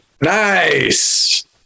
nice